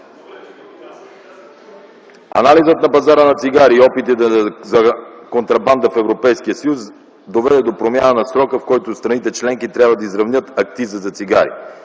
Анализът на пазара на цигари и опитите за контрабанда в Европейския съюз доведе до промяна на срока, в който страните членки трябва да изравнят акциза за цигари